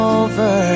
over